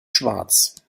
schwarz